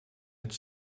het